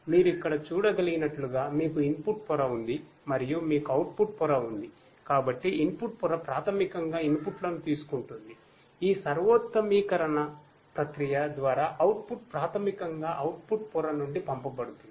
మీరు ఇక్కడ చూడగలిగినట్లుగా మీకు ఇన్పుట్ పొందవచ్చు